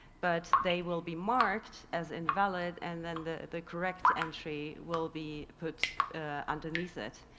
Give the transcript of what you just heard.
but they will be marked as invalid and then the the correct entry will be put underneath it.